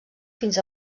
fins